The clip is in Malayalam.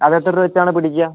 അത് എത്ര രൂപ വെച്ചാണ് പിടിക്കുക